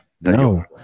No